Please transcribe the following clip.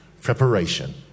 Preparation